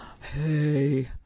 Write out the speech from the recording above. hey